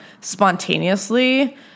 spontaneously